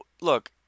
look